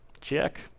Check